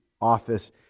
office